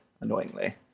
annoyingly